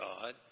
God